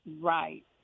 Right